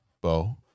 Bo